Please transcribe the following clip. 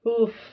Oof